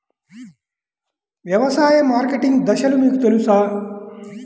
వ్యవసాయ మార్కెటింగ్ దశలు మీకు తెలుసా?